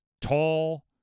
tall